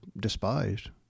despised